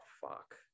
fuck